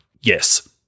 yes